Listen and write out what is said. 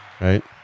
Right